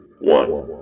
one